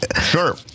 Sure